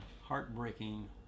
heartbreaking